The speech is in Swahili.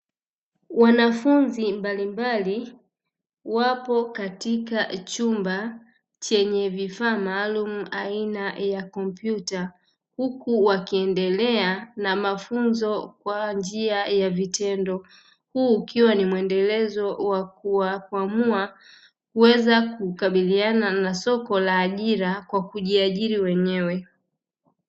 Wanafunzi mbalimbali wapo katika chumba chenye vifaa maalumu aina ya kompyuta huku wakiendelea na mafunzo kwa njia ya vitendo huu ukiwa ni mwendelezo wa kuwakwamua kuweza kukabiliana na soko la ajira kwa kujiajiri wenyewe.